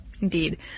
Indeed